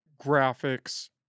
graphics